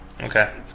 okay